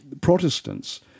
Protestants